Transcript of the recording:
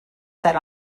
set